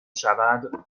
شود